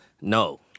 No